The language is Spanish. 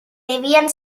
debían